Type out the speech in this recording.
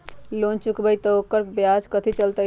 Loan चुकबई त ओकर ब्याज कथि चलतई?